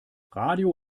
radio